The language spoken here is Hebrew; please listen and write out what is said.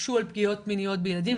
הוגשו על פגיעות מיניות בילדים,